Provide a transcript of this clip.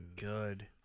Good